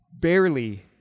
barely